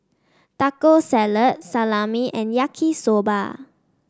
Taco Salad Salami and Yaki Soba